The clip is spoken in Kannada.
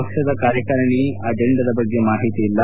ಪಕ್ಷದ ಕಾರ್ಯಕಾರಣಿ ಸಭೆಯ ಅಜೆಂಡಾ ಬಗ್ಗೆ ಮಾಹಿತಿ ಇಲ್ಲ